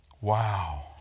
Wow